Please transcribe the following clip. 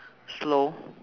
slow